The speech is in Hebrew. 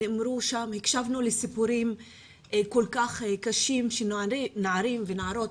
הקשבנו לסיפורים כל כך קשים שנערים ונערות